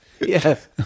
yes